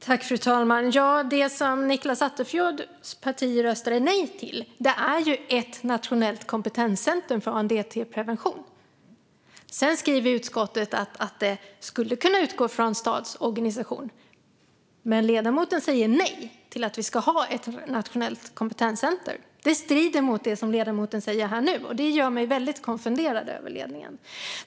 Fru talman! Det Nicklas Attefjords parti röstade nej till är ett nationellt kompetenscentrum för ANDTS-prevention. Utskottet skriver att det skulle kunna utgå från STAD:s organisation, men ledamoten säger nej till att vi ska ha ett nationellt kompetenscentrum. Det strider mot det som ledamoten säger här nu, och det gör mig väldigt konfunderad över ledningen.